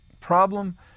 problem